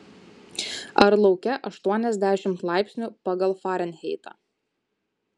ar lauke aštuoniasdešimt laipsnių pagal farenheitą